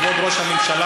כבוד ראש הממשלה,